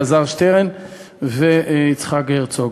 אלעזר שטרן ויצחק הרצוג.